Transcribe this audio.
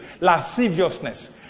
Lasciviousness